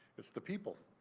is the people.